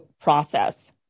process